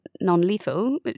non-lethal